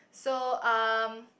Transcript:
so um